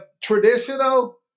Traditional